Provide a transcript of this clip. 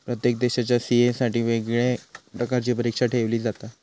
प्रत्येक देशाच्या सी.ए साठी वेगवेगळ्या प्रकारची परीक्षा ठेयली जाता